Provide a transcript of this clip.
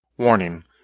Warning